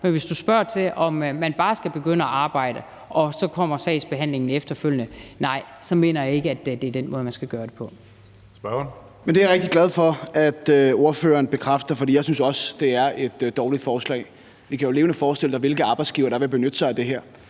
Men hvis du spørger til, om man bare skal begynde at arbejde, og så kommer sagsbehandlingen efterfølgende, siger jeg nej, så mener jeg ikke, at det er den måde, man skal gøre det på. Kl. 14:40 Tredje næstformand (Karsten Hønge): Spørgeren. Kl. 14:40 Morten Dahlin (V): Det er jeg rigtig glad for at ordføreren bekræfter, for jeg synes også, det er et dårligt forslag. Vi kan jo levende forestille os, hvilke arbejdsgivere der vil benytte sig af det her.